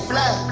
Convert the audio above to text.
Black